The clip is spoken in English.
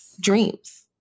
dreams